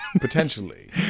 potentially